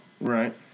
right